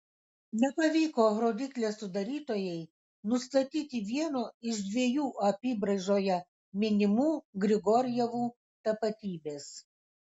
nepavyko rodyklės sudarytojai nustatyti vieno iš dviejų apybraižoje minimų grigorjevų tapatybės